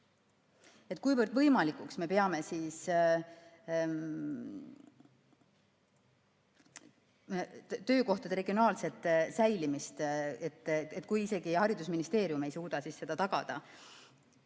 Kuivõrd võimalikuks me peame töökohtade regionaalset säilimist, kui isegi haridusministeerium ei suuda seda tagada?